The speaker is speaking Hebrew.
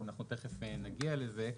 אנחנו תכף נגיע לזה.